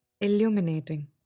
illuminating